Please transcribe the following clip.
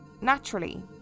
Naturally